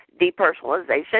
depersonalization